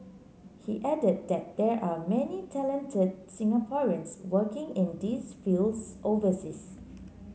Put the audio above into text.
he added that there are many talented Singaporeans working in these fields overseas